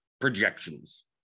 projections